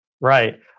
Right